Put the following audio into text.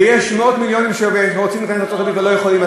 ויש מאות מיליונים שרוצים להיכנס לארצות-הברית ולא יכולים,